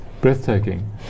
breathtaking